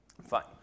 Fine